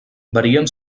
varien